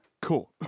Cool